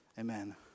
amen